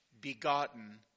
begotten